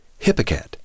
hippocat